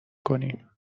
کنیم